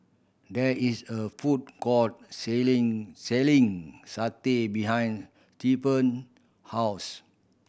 there is a food court selling selling satay behind Stephany house